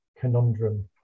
conundrum